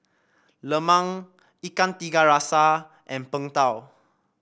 lemang Ikan Tiga Rasa and Png Tao